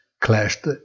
clashed